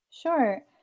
Sure